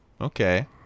okay